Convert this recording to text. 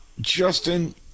Justin